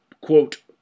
quote